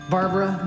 Barbara